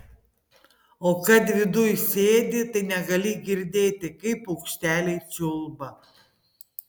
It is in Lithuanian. o kad viduj sėdi tai negali girdėti kaip paukšteliai čiulba